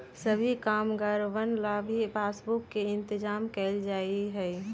सभी कामगारवन ला भी पासबुक के इन्तेजाम कइल जा हई